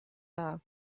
love